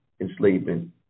enslavement